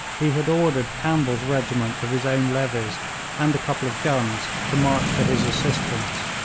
he had ordered campbell's regiment of his own levies and a couple of guns to march to his assistance.